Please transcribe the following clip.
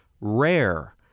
rare